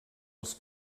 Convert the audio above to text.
els